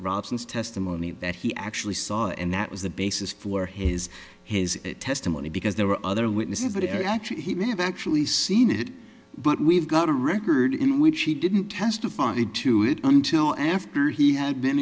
robson's testimony that he actually saw and that was the basis for his his testimony because there were other witnesses but actually he may have actually seen it but we've got a record in which he didn't testified to it until after he had been